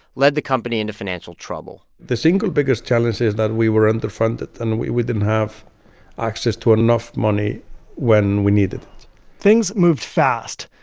led the company into financial trouble the single biggest challenge is that we were underfunded, and we we didn't have access to enough money when we needed it things moved fast.